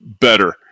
better